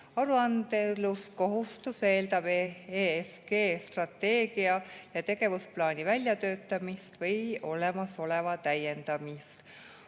Aruandluskohustus eeldab ESG strateegia ja tegevusplaani väljatöötamist või olemasoleva täiendamist.